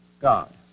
God